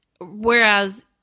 whereas